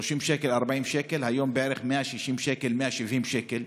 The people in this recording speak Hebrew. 30 40 שקל, והיום זה בערך 160 170 שקל,